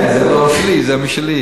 כן, זה לא אצלי, זה משלי.